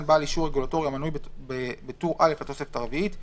בעל אישור רגולטורי המנוי בטור א' לתוספת הרביעית,